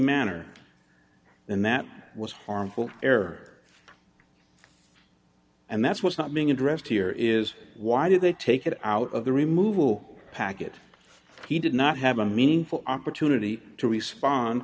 manner then that was harmful air and that's what's not being addressed here is why did they take it out of the removal packet he did not have a meaningful opportunity to respond